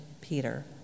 Peter